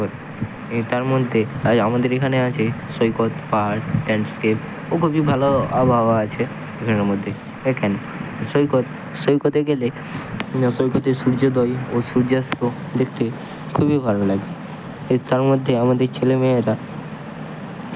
খুবই ঘুরতে যেতে ইচ্ছা করে এই তার মধ্যে আজ আমাদের এখানে আছে সৈকত পাহাড় ল্যান্ডস্কেপ ও খুবই ভালো আবহাওয়া আছে এখানের মধ্যে এইখানে সৈকত সৈকতে গেলে সৈকতে সূর্যোদয় ও সূর্যাস্ত দেখতে খুবই ভালো লাগে এই তার মধ্যে আমাদের ছেলে মেয়েরা